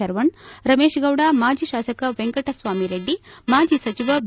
ಶರವಣ ರಮೇಶಗೌಡ ಮಾಜಿ ಶಾಸಕ ವೆಂಕಟಸ್ವಾಮಿರೆಡ್ಡಿ ಮಾಜಿ ಸಚವ ಬಿ